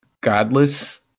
godless